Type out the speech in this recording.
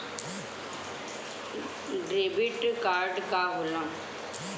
Debit card का होला?